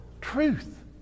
Truth